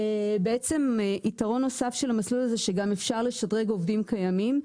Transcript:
בעצם יתרון נוסף של המסלול הזה שגם אפשר לשדרג עובדים קיימים,